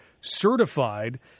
certified